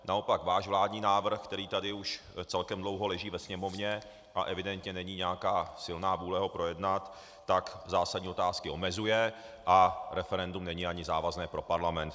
Naopak váš vládní návrh, který tady už celkem dlouho leží ve Sněmovně, a evidentně není nějaká silná vůle ho projednat, tak zásadní otázky omezuje a referendum není ani závazné pro parlament.